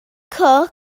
cook